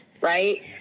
right